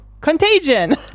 contagion